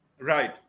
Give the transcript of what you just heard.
Right